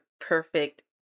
perfect